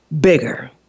bigger